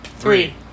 Three